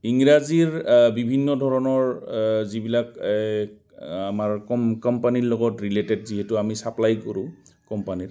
ইংৰাজীৰ বিভিন্ন ধৰণৰ যিবিলাক এই আমাৰ কম্পানীৰ লগত ৰিলেটেড যিহেতু আমি ছাপ্লাই কৰোঁ কোম্পানীত